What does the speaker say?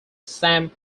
sam